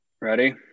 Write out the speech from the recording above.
Ready